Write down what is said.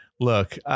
look